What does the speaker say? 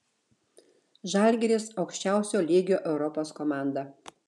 žalgiris aukščiausio lygio europos komanda